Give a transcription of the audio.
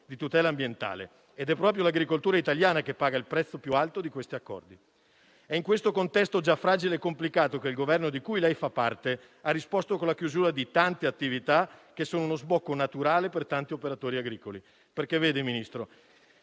di tutela ambientale. È proprio l'agricoltura italiana che paga il prezzo più alto di questi accordi. È in questo contesto, già fragile e complicato, che il Governo di cui lei fa parte ha risposto con la chiusura di tante attività che sono uno sbocco naturale per molti operatori agricoli. Infatti, Ministro,